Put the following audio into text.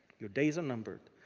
your days are numbered.